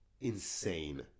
insane